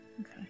Okay